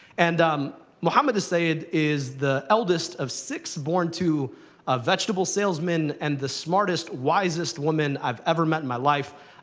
and um mohamed el-sayed is the eldest of six born to a vegetable salesman and the smartest, wisest woman i've ever met in my life,